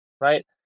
right